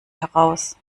heraus